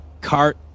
cart